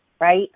Right